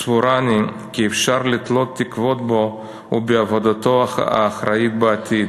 סבורני כי אפשר לתלות תקוות בו ובעבודתו האחראית בעתיד,